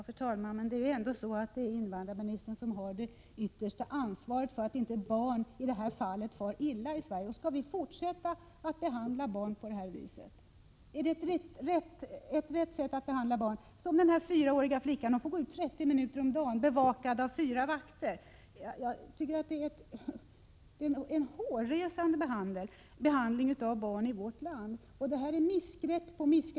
Fru talman! Det är ändå invandrarministern som har det yttersta ansvaret för att — som i det här fallet — barn inte far illa i Sverige. Skall vi fortsätta att behandla barn på det här viset? Är det ett riktigt sätt att behandla barn? fallet med den här fyraåriga flickan. Hon får gå ut trettio minuter per dag, bevakad av fyra vakter. Det är en hårresande behandling av barn i vårt land. Det sker missgrepp på missgrepp.